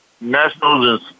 nationals